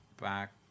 back